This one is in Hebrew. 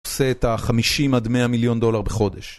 הוא עושה את ה-50 עד 100 מיליון דולר בחודש